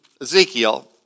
Ezekiel